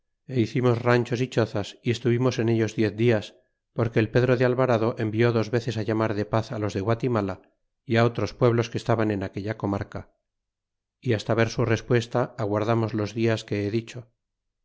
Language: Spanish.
y hicimos ranchos y chozas y estuvimos en ellos diez dias porque el pedro de alvarado envió dos veces á llamar de paz los de guatiniala y á otros pueblos que estaban en aquella comarca y hasta er su respuesta aguardamos los has que he dicho